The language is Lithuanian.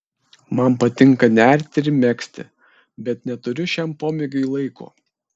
man patinka nerti ir megzti bet neturiu šiam pomėgiui laiko